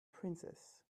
princess